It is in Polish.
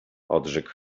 odrzekł